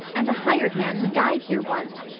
and a hired man who died here once!